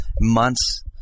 months